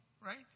right